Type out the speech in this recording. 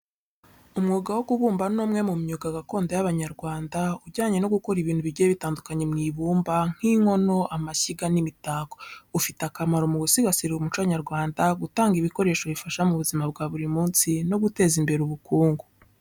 Umwuga wo kubumba ni umwe mu myuga gakondo y’Abanyarwanda ujyanye no gukora ibintu bigiye bitandukanye mu ibumba, nk’inkono, amashyiga, n’imitako. Ufite akamaro mu gusigasira umuco nyarwanda, gutanga ibikoresho bifasha mu buzima bwa buri munsi, no guteza imbere ubukungu.